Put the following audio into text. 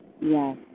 Yes